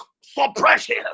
suppression